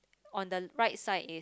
on the right side it